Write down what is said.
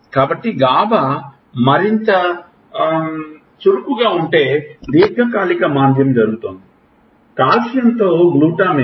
కాబట్టి గాబా మరింత చురుకుగా ఉంటే దీర్ఘకాలిక మాంద్యం జరుగుతుంది కాల్షియంతో గ్లూటామేట్